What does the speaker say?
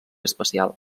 espacial